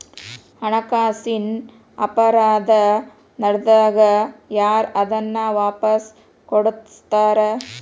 ಹಣಕಾಸಿನ್ ಅಪರಾಧಾ ನಡ್ದಾಗ ಯಾರ್ ಅದನ್ನ ವಾಪಸ್ ಕೊಡಸ್ತಾರ?